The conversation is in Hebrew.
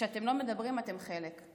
שכשאתם לא מדברים, אתם חלק,